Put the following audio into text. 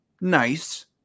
nice